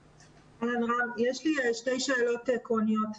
יש לי שתי שאלות עקרוניות.